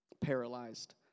Paralyzed